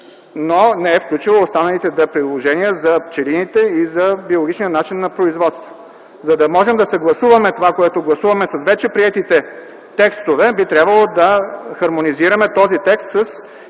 но не е включила останалите две предложения – за пчелините и за биологичния начин на производство. За да можем да съгласуваме това, което гласуваме с вече приетите текстове, би трябвало да хармонизираме този текст с